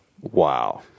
Wow